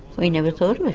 we never thought of it.